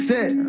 Set